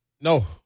No